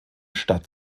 stadt